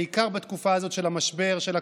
בעיקר בתקופה הזאת של המשבר של הקורונה.